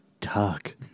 talk